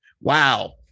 wow